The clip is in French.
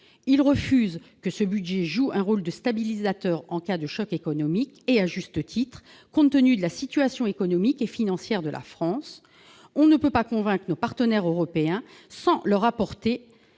ils refusent que ce budget joue un rôle de stabilisateur en cas de choc économique et à juste titre, compte tenu de la situation économique et financière de la France, on ne peut pas convaincre nos partenaires européens, sans leur apporter